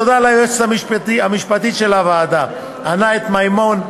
תודה ליועצת המשפטית של הוועדה ענת מימון,